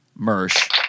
Mersh